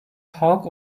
halk